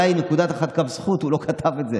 יש נקודה אחת לקו זכות: הוא לא כתב את זה,